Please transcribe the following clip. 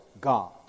God